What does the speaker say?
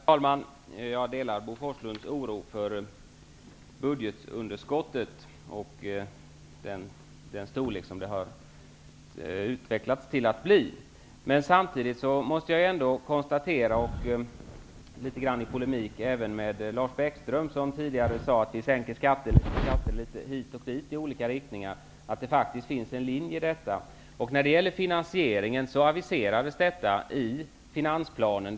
Herr talman! Jag delar Bo Forslunds oro för budgetunderskottets storlek. Men samtidigt måste jag -- i polemik också med Lars Bäckström, som tidigare sade att vi sänker skatter litet här och där -- konstatera att det faktiskt finns en linje i detta. När det gäller finansieringen vill jag säga att detta aviserades i finansplanen.